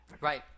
Right